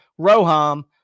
Roham